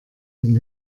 den